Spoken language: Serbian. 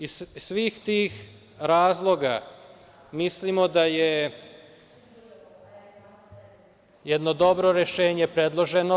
Iz svih tih razloga mislimo da je jedno dobro rešenje predloženo.